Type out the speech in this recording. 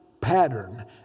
pattern